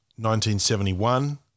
1971